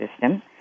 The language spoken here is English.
system